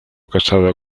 casado